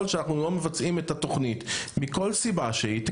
שאנחנו לא מבצעים את התכנית מכל סיבה שהיא,